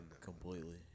completely